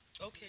Okay